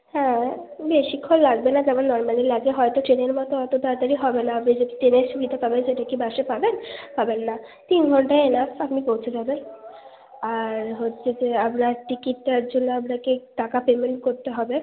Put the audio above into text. হ্যাঁ বেশিক্ষণ লাগবে না যেমন নর্মালি লাগে হয়তো ট্রেনের মতো অত তাড়াতাড়ি হবে না আপনি যেটা ট্রেনের সুবিধা পাবেন সেটা কি বাসে পাবেন পাবেন না তিন ঘন্টা এনাফ আপনি পৌঁছে যাবেন আর হচ্ছে যে আমরা টিকিটটার জন্য আপনাকে টাকা পেমেন্ট করতে হবে